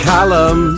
Callum